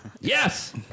yes